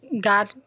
God